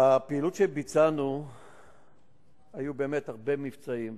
בפעילות שביצענו היו, באמת, הרבה מבצעים.